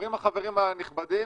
אומרים החברים הנכבדים,